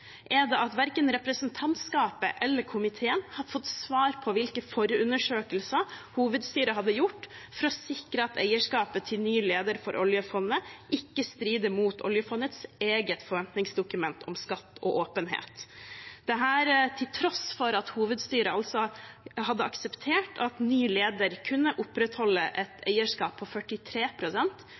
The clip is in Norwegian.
er det at verken representantskapet eller komiteen har fått svar på hvilke forundersøkelser hovedstyret hadde gjort for å sikre at eierskapet til den nye lederen for oljefondet ikke strider mot oljefondets eget forventningsdokument om skatt og åpenhet – dette til tross for at hovedstyret altså hadde akseptert at den nye lederen kunne opprettholde et eierskap på